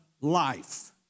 life